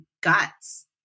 guts